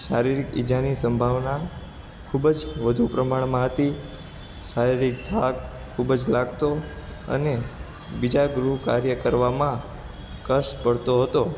શારીરિક ઈજાની સંભાવના ખૂબ જ વધુ પ્રમાણમાં હતી શારીરીક થાક ખૂબ જ લાગતો અને બીજા ગૃહ કાર્ય કરવામાં કસ પડતો હતો